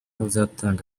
uzatanga